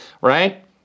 right